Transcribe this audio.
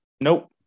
nope